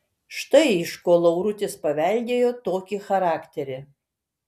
štai iš ko laurutis paveldėjo tokį charakterį